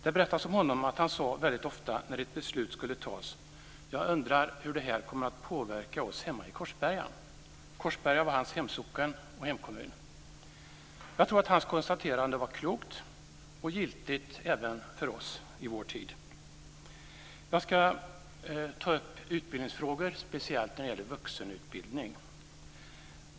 Det berättas om honom att han väldigt ofta när ett beslut skulle fattas sade: Jag undrar hur det här kommer att påverka oss hemma i Korsberga? Korsberga var hans hemsocken och hemkommun. Jag tror att hans konstaterande var klokt och giltigt även för oss i vår tid. Jag ska ta upp utbildningsfrågor, och speciellt sådana som gäller vuxenutbildning.